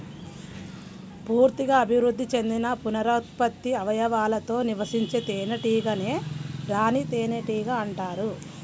పూర్తిగా అభివృద్ధి చెందిన పునరుత్పత్తి అవయవాలతో నివసించే తేనెటీగనే రాణి తేనెటీగ అంటారు